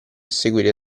seguire